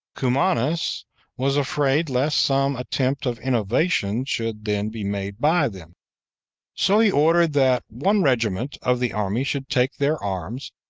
cumanus was afraid lest some attempt of innovation should then be made by them so he ordered that one regiment of the army should take their arms,